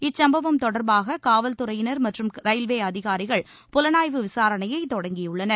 இச்சுப்பவம் தொடர்பாக காவல்துறையினர் மற்றும் ரயில்வே அதிகாரிகள் புலனாய்வு விசாரணையை தொடங்கியுள்ளனர்